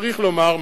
צריך לומר,